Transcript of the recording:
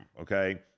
Okay